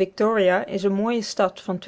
victoria is eene mooie stad van